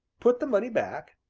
put the money back,